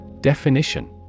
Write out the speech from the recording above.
Definition